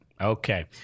Okay